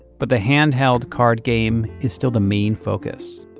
but the handheld card game is still the main focus.